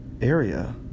area